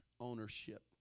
ownership